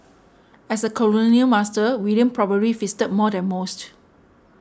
as a colonial master William probably feasted more than most